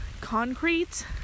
Concrete